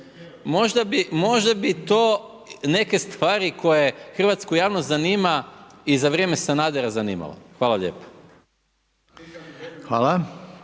Možda bi to neke stvari koje hrvatsku javnost zanima i za vrijeme Sanadera zanimalo. Hvala lijepo.